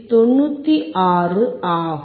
96 ஆகும்